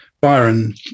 Byron